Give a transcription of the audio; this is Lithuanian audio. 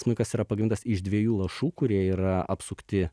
smuikas yra pagamintas iš dviejų lašų kurie yra apsukti